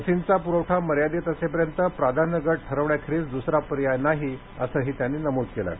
सींचा पुरवठा मर्यादित असेपर्यंत प्राधान्य गट ठरविण्याखेरीज दुसरा पर्याय नाही असंही त्यांनी नमूद केलं आहे